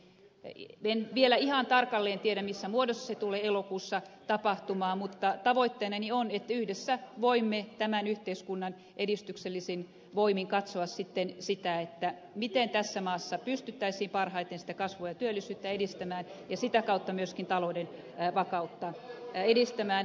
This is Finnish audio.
en vielä ihan tarkalleen tiedä missä muodossa se tulee elokuussa tapahtumaan mutta tavoitteenani on että yhdessä voimme tämän yhteiskunnan edistyksellisin voimin katsoa sitä miten tässä maassa pystyttäisiin parhaiten kasvua ja työllisyyttä ja sitä kautta myöskin talouden vakautta edistämään